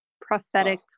prophetic